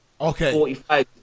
Okay